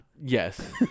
Yes